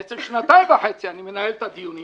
בעצם שנתיים וחצי אני מנהל את הדיונים